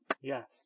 Yes